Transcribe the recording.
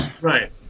Right